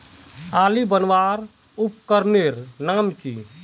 आली बनवार उपकरनेर नाम की?